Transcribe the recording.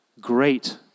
great